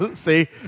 See